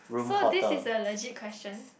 so this is a legit question